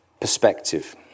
perspective